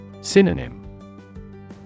Synonym